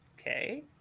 Okay